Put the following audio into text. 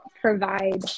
provide